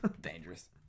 Dangerous